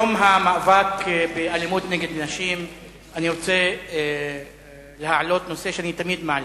ביום המאבק באלימות נגד נשים אני רוצה להעלות נושא שאני תמיד מעלה,